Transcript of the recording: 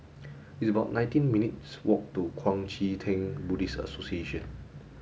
it's about nineteen minutes' walk to Kuang Chee Tng Buddhist Association